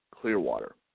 Clearwater